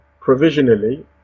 provisionally